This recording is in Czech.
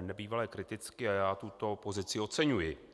nebývale kriticky a já tuto pozici oceňuji.